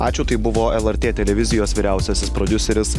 ačiū tai buvo lrt televizijos vyriausiasis prodiuseris